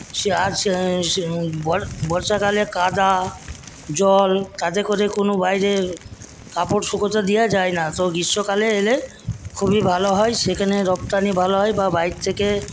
সে আর বর্ষাকালে জল কাদা কাঁধে করে কোনো বাইরে কাপড় শুকোতে দেওয়া যায় না তো গ্রীষ্মকালে এলে খুবই ভালো হয় সেখানে রপ্তানি ভালো হয় বা বাইরে থেকে